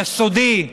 יסודי,